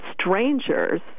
strangers